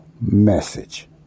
message